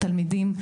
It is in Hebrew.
תלמידים,